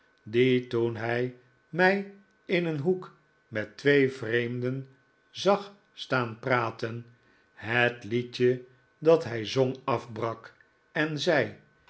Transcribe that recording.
die toen hij mij in een hoek met twee vreemden zag staan praten het